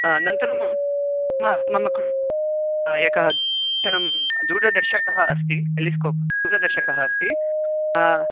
नन्तरं मम कृते एकः ध दूरदर्शकः अस्ति टेलिस्कोप् दूरदर्शकः अस्ति